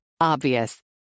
Obvious